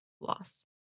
loss